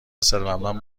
ثروتمند